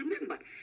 remember